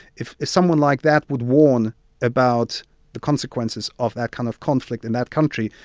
if if someone like that would warn about the consequences of that kind of conflict in that country,